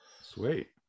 Sweet